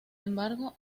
embargo